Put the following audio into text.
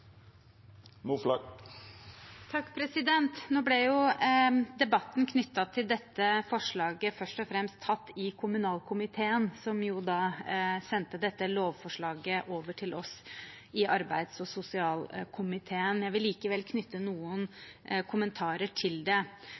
refererte til. Nå ble jo debatten knyttet til dette forslaget først og fremst tatt i kommunalkomiteen, som sendte dette lovforslaget over til oss i arbeids- og sosialkomiteen. Jeg vil likevel knytte noen kommentarer til det.